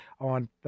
on